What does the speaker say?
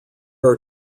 are